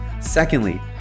Secondly